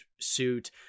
suit